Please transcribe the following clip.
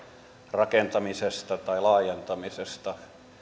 rakentamisesta tai laajentamisesta